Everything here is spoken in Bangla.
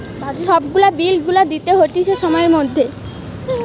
সব গুলা বিল গুলা দিতে হতিছে সময়ের মধ্যে